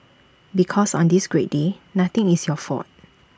because on this great day nothing is your fault